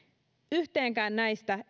yhteenkään näistä